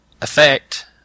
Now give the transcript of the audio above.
effect